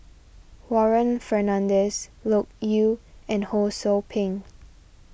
Warren Fernandez Loke Yew and Ho Sou Ping